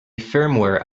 firmware